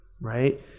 right